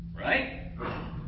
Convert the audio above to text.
Right